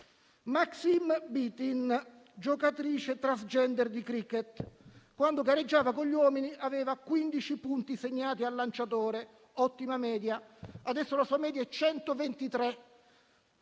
Maxine Blythin, giocatrice transgender di cricket: quando gareggiava con gli uomini aveva 15 punti segnati al lanciatore (ottima media), adesso la sua media è 123